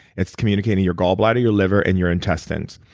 it's communicating your gall bladder, your liver and your intestines.